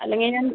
അല്ലെങ്കിൽ ഞാൻ